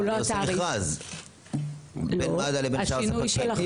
אני עושה מכרז בין מד"א לבין שאר הספקים.